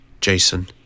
Jason